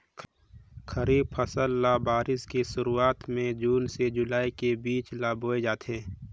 खरीफ फसल ल बारिश के शुरुआत में जून से जुलाई के बीच ल बोए जाथे